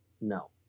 no